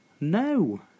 No